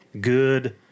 good